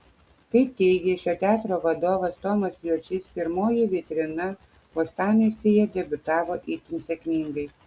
kaip teigė šio teatro vadovas tomas juočys pirmoji vitrina uostamiestyje debiutavo itin sėkmingai